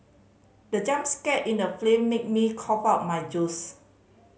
the jump scare in the film made me cough out my juice